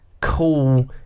cool